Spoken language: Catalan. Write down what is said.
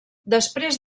després